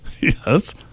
Yes